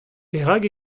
perak